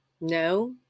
No